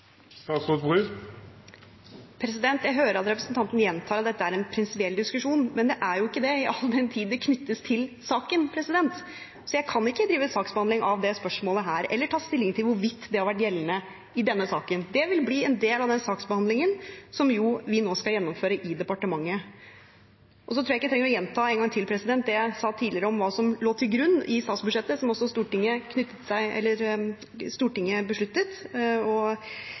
Jeg hører at representanten gjentar at dette er en prinsipiell diskusjon, men det er jo ikke det, all den tid den knyttes til saken. Så jeg kan ikke her drive saksbehandling av det spørsmålet eller ta stilling til hvorvidt det har vært gjeldende i denne saken. Det vil bli en del av den saksbehandlingen som vi nå skal gjennomføre i departementet. Så tror jeg ikke jeg trenger å gjenta en gang til det jeg sa tidligere om hva som lå til grunn i statsbudsjettet, som også Stortinget